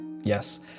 Yes